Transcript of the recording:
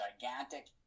gigantic